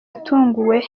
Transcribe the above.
yatunguwe